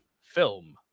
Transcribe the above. film